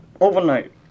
overnight